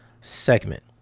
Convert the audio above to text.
segment